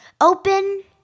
Open